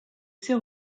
ses